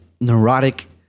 Neurotic